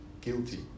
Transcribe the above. guilty